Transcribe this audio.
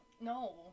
No